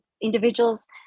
individuals